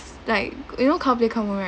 like you know right